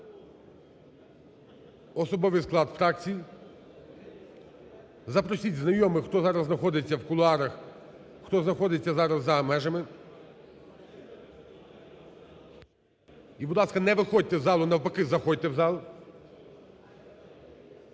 особовий склад фракцій. Запросіть знайомих, хто зараз знаходиться в кулуарах, хто знаходиться зараз за межами. І, будь ласка, не виходьте з залу, навпаки, заходьте в зал.